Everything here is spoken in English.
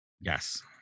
yes